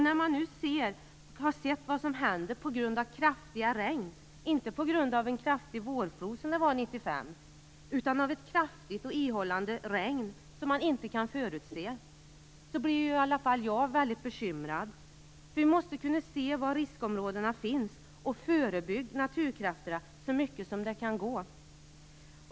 När man nu har sett vad som händer på grund av kraftiga regn - inte på grund av en kraftig vårflod, som 1995, utan av ett kraftigt och ihållande regn som man inte kan förutse - blir i alla fall jag väldigt bekymrad. Vi måste kunna se var riskområdena finns och förebygga naturkrafterna så mycket som möjligt.